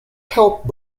help